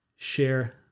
share